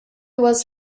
was